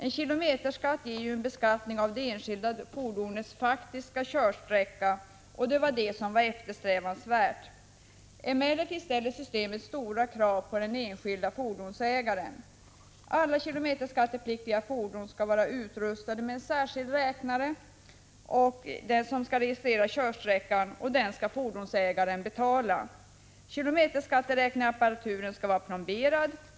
En kilometerskatt ger ju en beskattning av det enskilda fordonets faktiska körsträcka, och det var det som var eftersträvansvärt. Emellertid ställer systemet stora krav på den enskilde fordonsägaren. Alla kilometerskattepliktiga fordon skall vara utrustade med en särskild räknare som registrerar körsträckan, och denna räknare skall fordonsägaren betala. Kilometerräknarapparaturen skall vara plomberad.